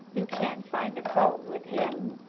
you can't find a fault with him.